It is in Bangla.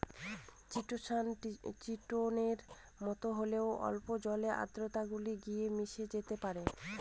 চিটোসান চিটোনের মতো হলেও অম্ল জল দ্রাবকে গুলে গিয়ে মিশে যেতে পারে